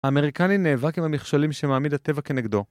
האמריקני נאבק עם המכשולים שמעמיד הטבע כנגדו.